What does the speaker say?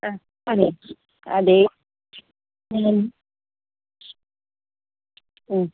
ആ അതെ അതെ